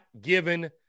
given